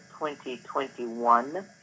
2021